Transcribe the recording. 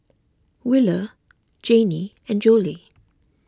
Wheeler Janey and Jolie